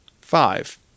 five